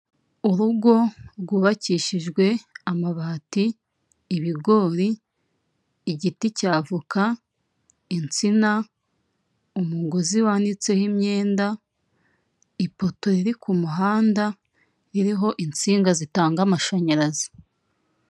Urugo rwubakishijwe amabati, ibigori, igiti cya voka, insina, umugozi wanditseho imyenda, ipoto riri ku muhanda iriho insinga zitanga amashanyarazi.